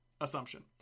assumption